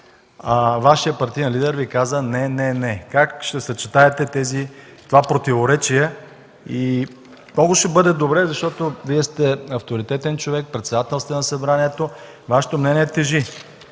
Вашият партиен лидер каза: „не, не, не”. Как ще съчетаете това противоречие? Ще бъде много добре, защото Вие сте авторитетен човек, председател сте на Събранието и Вашето мнение тежи.